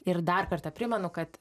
ir dar kartą primenu kad